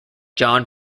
john